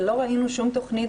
ולא ראינו שום תכנית,